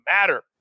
matter